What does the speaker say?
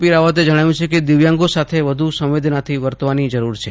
પી રાવતે જણાવ્યું છે કે દિવ્યાંગો સાથે વધુ વેદાનાથી વર્તવાની જરૂર છે